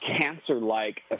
cancer-like